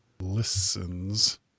listens